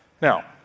Now